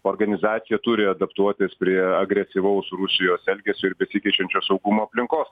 organizacija turi adaptuotis prie agresyvaus rusijos elgesio ir besikeičiančios saugumo aplinkos